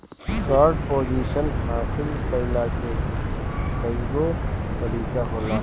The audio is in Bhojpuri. शोर्ट पोजीशन हासिल कईला के कईगो तरीका होला